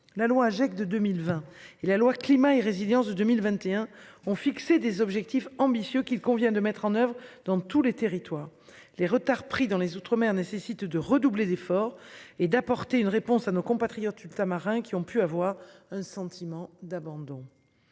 La loi de 2020 et la loi climat et résilience de 2021 ont fixé des objectifs ambitieux qu'il convient de mettre en oeuvre dans tous les territoires, les retards pris dans les Outre-mer nécessite de redoubler d'efforts et d'apporter une réponse à nos compatriotes ultramarins qui ont pu avoir un sentiment d'abandon.